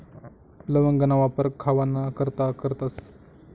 लवंगना वापर खावाना करता करतस